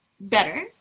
better